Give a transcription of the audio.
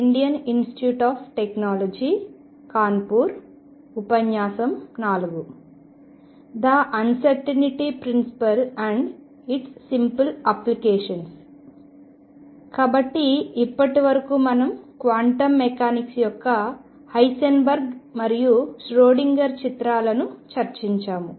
ఇప్పటివరకుమనం quantum mechanics యొక్క Heisenberg మరియు Schrodinger చిత్రాల గురించి చర్చించాము